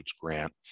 grant